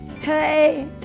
hey